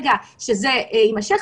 ברגע שזה יימשך,